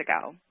ago